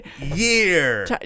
year